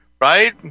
Right